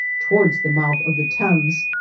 towards the mouth of the thames,